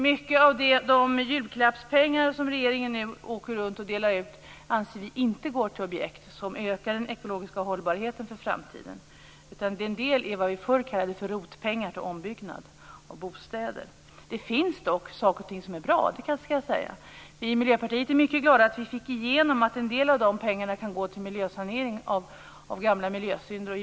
Mycket av de julklappspengar som regeringen nu delar ut anser vi inte går till objekt som ökar den ekologiska hållbarheten för framtiden. En del av dem är det vi förr kallade för ROT-pengar till ombyggnad av bostäder. Det finns dock saker som är bra, det kanske jag skall säga. Vi i Miljöpartiet är mycket glada över att vi fick igenom att en del av de pengarna kan gå till miljösanering av det som gamla miljösynder förorsakat.